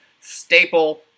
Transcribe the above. staple